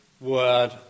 word